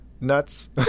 nuts